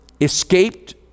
escaped